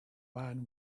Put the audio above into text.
man